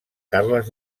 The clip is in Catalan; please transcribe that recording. carles